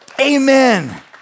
Amen